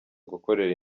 gukorera